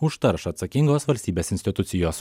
už taršą atsakingos valstybės institucijos